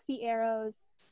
arrows